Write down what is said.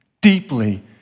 Deeply